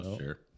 sure